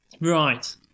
right